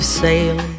sail